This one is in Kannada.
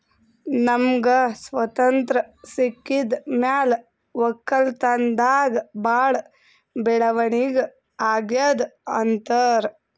ನಮ್ಗ್ ಸ್ವತಂತ್ರ್ ಸಿಕ್ಕಿದ್ ಮ್ಯಾಲ್ ವಕ್ಕಲತನ್ದಾಗ್ ಭಾಳ್ ಬೆಳವಣಿಗ್ ಅಗ್ಯಾದ್ ಅಂತಾರ್